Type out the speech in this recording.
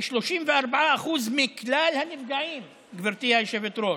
כ-34% מכלל הנפגעים, גברתי היושבת-ראש.